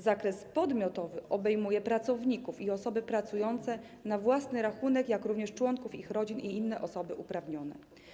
Zakres podmiotowy obejmuje pracowników i osoby pracujące na własny rachunek, jak również członków ich rodzin i inne osoby uprawnione.